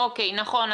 נכון.